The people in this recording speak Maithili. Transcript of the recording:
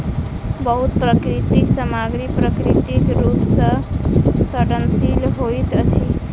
बहुत प्राकृतिक सामग्री प्राकृतिक रूप सॅ सड़नशील होइत अछि